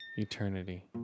Eternity